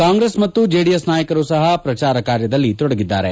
ಕಾಂಗ್ರೆಸ್ ಮತ್ತು ಜೆಡಿಎಸ್ ನಾಯಕರು ಸಹ ಪ್ರಚಾರ ಕಾರ್ಯದಲ್ಲಿ ತೊಡಗಿದ್ದಾರೆ